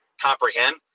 comprehend